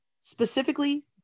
specifically